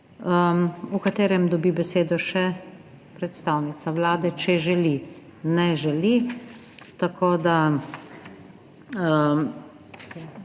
v katerem dobi besedo še predstavnica Vlade, če želi. Ne želi.